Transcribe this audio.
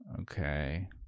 okay